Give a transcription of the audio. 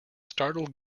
startled